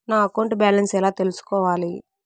నా account balance ఎలా తెల్సుకోవాలి